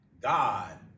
God